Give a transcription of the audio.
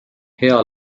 hea